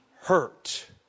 hurt